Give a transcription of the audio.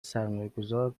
سرمایهگذار